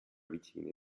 vicine